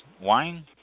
wine